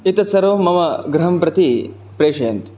एतत् सर्वं मम गृहं प्रति प्रेषयन्तु